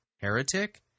heretic